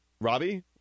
Robbie